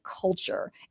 culture